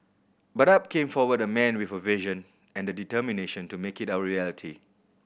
but up came forward a man with a vision and the determination to make it our reality